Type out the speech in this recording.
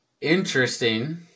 Interesting